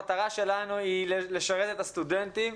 המטרה שלנו היא לשרת את הסטודנטים,